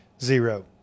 Zero